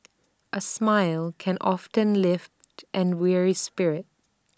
A smile can often lift an weary spirit